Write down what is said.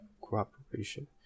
cooperation